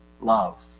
love